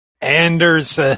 Anders